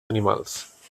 animals